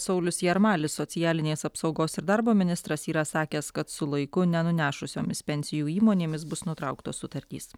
saulius jarmalis socialinės apsaugos ir darbo ministras yra sakęs kad su laiku nenunešusiomis pensijų įmonėmis bus nutrauktos sutartys